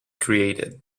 created